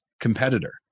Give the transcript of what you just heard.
competitor